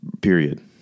period